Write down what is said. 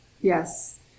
Yes